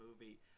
movie